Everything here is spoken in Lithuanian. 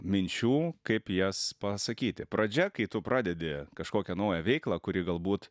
minčių kaip jas pasakyti pradžia kai tu pradedi kažkokią naują veiklą kuri galbūt